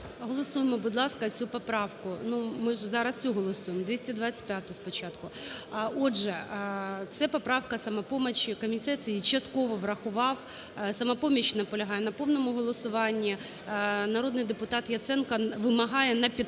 Голосуємо, будь ласка, цю поправку, ми ж зараз цю голосуємо, 225-у спочатку. Отже, це поправка "Самопомочі", комітет її частково врахував, "Самопоміч" наполягає на повному голосуванні, народний депутат Яценко вимагає на підтвердження